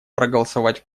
проголосовать